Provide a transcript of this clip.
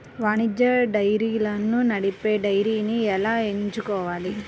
వాణిజ్య డైరీలను నడిపే డైరీని ఎలా ఎంచుకోవాలి?